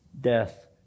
death